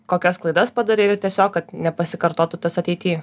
kokias klaidas padarei ir tiesiog kad nepasikartotų tas ateityj